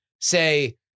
say